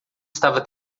estava